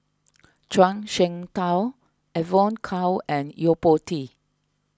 Zhuang Shengtao Evon Kow and Yo Po Tee